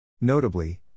Notably